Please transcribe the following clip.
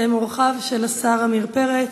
שהם אורחיו של השר עמיר פרץ,